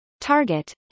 Target